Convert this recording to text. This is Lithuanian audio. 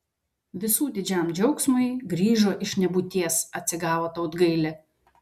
visų didžiam džiaugsmui grįžo iš nebūties atsigavo tautgailė